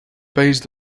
based